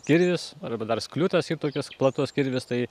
kirvis arba dar skliutas yr tokius platus kirvis tai